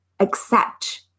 accept